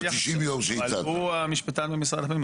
אבל הוא המשפטן במשרד הפנים,